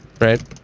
Right